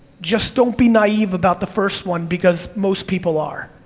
just don't be naive about the first one, because most people are.